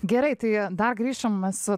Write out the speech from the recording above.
gerai tai dar grįšim mes